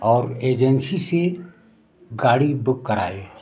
और एजेंसी से गाड़ी बुक कर आए